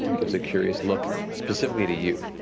gives a curious look, specifically to you.